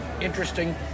interesting